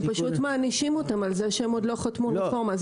הם פשוט מענישים אותם על זה שהם עוד לא חתמו על רפורמה.